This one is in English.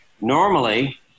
Normally